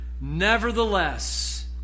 Nevertheless